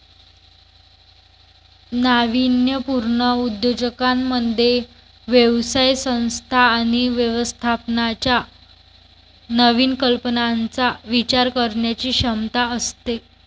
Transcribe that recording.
नाविन्यपूर्ण उद्योजकांमध्ये व्यवसाय संस्था आणि व्यवस्थापनाच्या नवीन कल्पनांचा विचार करण्याची क्षमता असते